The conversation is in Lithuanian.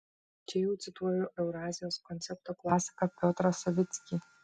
čia jau cituoju eurazijos koncepto klasiką piotrą savickį